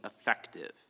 effective